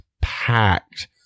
packed